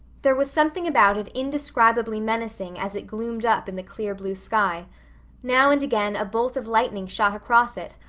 there was something about it indescribably menacing as it gloomed up in the clear blue sky now and again a bolt of lightning shot across it,